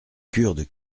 kurdes